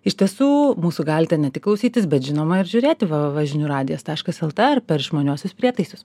iš tiesų mūsų galite ne tik klausytis bet žinoma ir žiūrėti vė vė vė žinių radijas taškas lt ar per išmaniuosius prietaisus